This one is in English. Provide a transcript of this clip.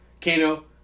Kano